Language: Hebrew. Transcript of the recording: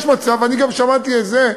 יש מצב, אני גם שמעתי את זה במו-אוזני,